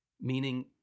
meaning